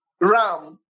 ram